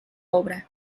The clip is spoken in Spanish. obra